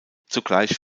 zugleich